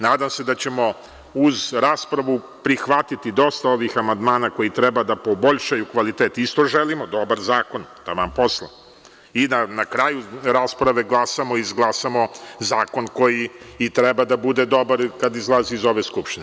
Nadam se da ćemo uz raspravu prihvatiti dosta ovih amandmana koji treba da poboljšaju kvalitet, isto želimo dobar zakon, taman posla i da na kraju rasprave glasamo i izglasamo zakon koji i treba da bude dobar kada izlazi iz ove Skupštine.